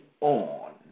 on